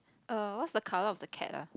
err what's the color of the cat uh